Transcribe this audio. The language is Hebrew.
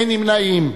אין נמנעים.